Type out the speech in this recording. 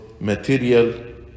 material